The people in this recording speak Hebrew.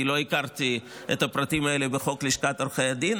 כי לא הכרתי את הפרטים האלה בחוק לשכת עורכי הדין,